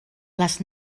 les